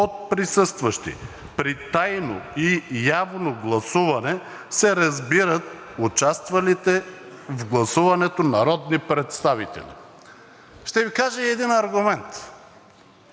„под присъстващи при тайно и явно гласуване се разбират участвалите в гласуването народни представители“. Ще Ви кажа и един аргумент.